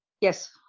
Yes